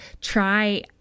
try